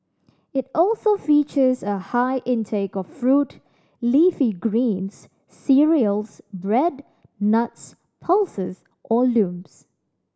it also features a high intake of fruit leafy greens cereals bread nuts pulses or legumes